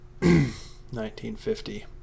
1950